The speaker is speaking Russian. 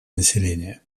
населения